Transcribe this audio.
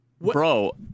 Bro